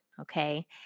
okay